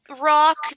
rock